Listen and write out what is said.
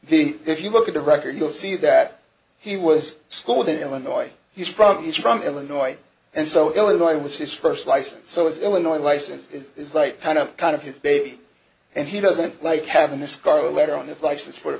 the if you look at the record you'll see that he was schooled in illinois he's from he's from illinois and so it was his first license so it's illinois license it's like kind of kind of his baby and he doesn't like having a scarlet letter on his license for